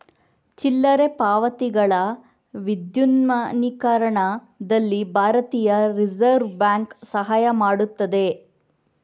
ಚಿಲ್ಲರೆ ಪಾವತಿಗಳ ವಿದ್ಯುನ್ಮಾನೀಕರಣದಲ್ಲಿ ಭಾರತೀಯ ರಿಸರ್ವ್ ಬ್ಯಾಂಕ್ ಸಹಾಯ ಮಾಡುತ್ತದೆ